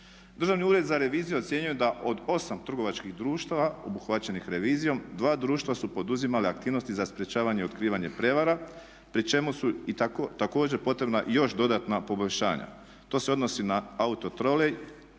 Državni ured za reviziju ocijenio je da od 8 trgovačkih društava obuhvaćenih revizijom dva društva su poduzimala aktivnosti za sprječavanje i otkrivanje prijevara pri čemu su također potrebna i još dodatna poboljšanja. To se odnosi na Autotrolej